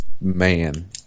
man